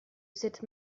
cette